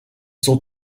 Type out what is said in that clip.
sont